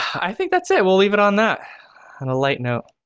i think that's it. we'll leave it on that, on a light note.